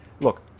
Look